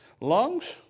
lungs